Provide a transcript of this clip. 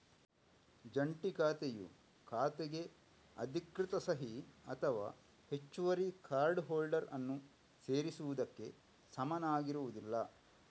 ಜಂಟಿ ಖಾತೆಯು ಖಾತೆಗೆ ಅಧಿಕೃತ ಸಹಿ ಅಥವಾ ಹೆಚ್ಚುವರಿ ಕಾರ್ಡ್ ಹೋಲ್ಡರ್ ಅನ್ನು ಸೇರಿಸುವುದಕ್ಕೆ ಸಮನಾಗಿರುವುದಿಲ್ಲ